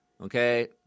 okay